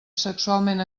sexualment